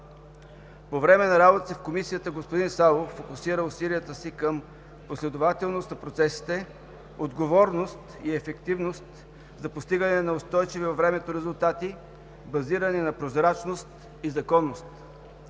По време на работата си в Комисията господин Савов фокусира усилията си към последователност на процесите, отговорност и ефективност за постигане на устойчиви във времето резултати, базирани на прозрачност и законност.